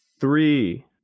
three